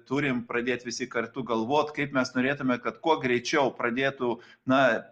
turim pradėt visi kartu galvot kaip mes norėtume kad kuo greičiau pradėtų na